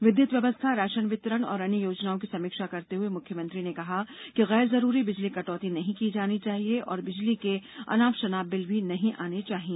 विद्युत व्यवस्था राषन वितरण और अन्य योजनाओं की समीक्षा करते हुए मुख्यमंत्री ने कहा कि गैर जरूरी बिजली कटौती नहीं की जानी चाहिए और बिजली के अनाप षनाप बिल भी नहीं आने चाहिए